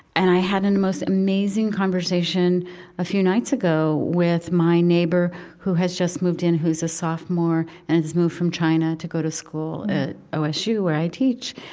and i had a and most amazing conversation a few nights ago with my neighbor who has just moved in who's a sophomore, and has moved from china to go to school at osu, where i teach.